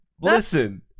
Listen